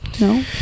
no